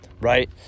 right